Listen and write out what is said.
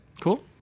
Cool